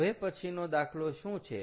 હવે પછીનો દાખલો શું છે